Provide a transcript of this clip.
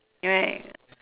right